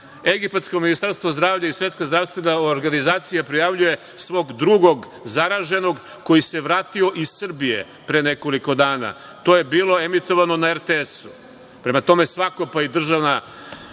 egipatsko ministarstvo zdravlje i Svetska zdravstvena organizacija prijavljuje svog drugog zaraženog koji se vratio iz Srbije pre nekoliko dana. To je bilo emitovano na RTS-u. Prema tome, svako, pa i državna